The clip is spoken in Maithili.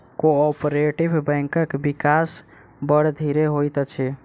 कोऔपरेटिभ बैंकक विकास बड़ धीरे होइत अछि